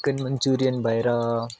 chicken manchurian भएर